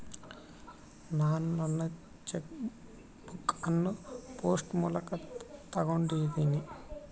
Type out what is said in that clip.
ನಾನು ನನ್ನ cheque book ಅನ್ನು ಪೋಸ್ಟ್ ಮೂಲಕ ತೊಗೊಂಡಿನಿ